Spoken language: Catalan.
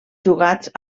jugats